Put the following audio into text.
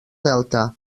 delta